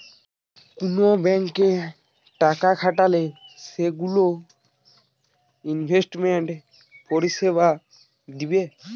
কুন ব্যাংকে টাকা খাটালে সেগুলো ইনভেস্টমেন্ট পরিষেবা দিবে